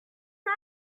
him